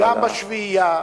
גם בשביעייה,